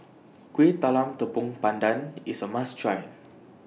Kuih Talam Tepong Pandan IS A must Try